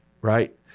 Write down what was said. right